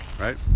Right